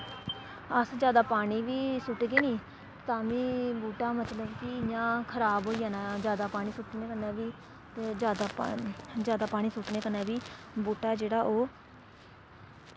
अस जैदा पानी बी सु'टगे निं तां बी बूह्टा मतलब कि इ'यां खराब होई जाना जैदा पानी सु'ट्टने कन्नै बी ते जैदा पानी जैदा पानी सु'ट्टने कन्नै बी बूह्टा ऐ जेह्ड़ा ओह्